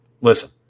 listen